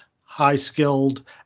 high-skilled